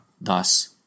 Thus